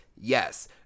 yes